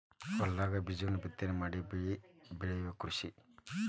ಹೊಲದಾಗ ಬೇಜಗಳನ್ನ ಬಿತ್ತನೆ ಮಾಡಿ ಬೆಳಿ ಬೆಳಿಯುದ ಕೃಷಿ